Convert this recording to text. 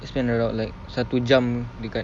spend around like satu jam